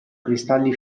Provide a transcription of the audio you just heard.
cristalli